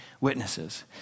witnesses